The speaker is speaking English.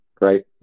right